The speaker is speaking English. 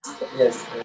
Yes